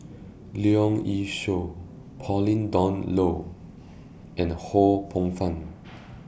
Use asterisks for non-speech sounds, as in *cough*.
Leong Yee Soo Pauline Dawn Loh and Ho Poh Fun *noise*